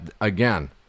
again